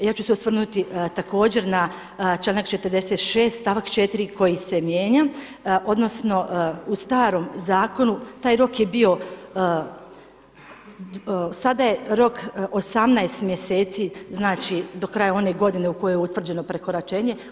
Ja ću se osvrnuti također na članak 46. stavak 4. koji se mijenja, odnosno u starom zakonu taj rok je bio, sada je rok 18 mjeseci, znači do kraja one godine u kojoj je utvrđeno prekoračenje.